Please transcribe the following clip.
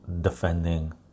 defending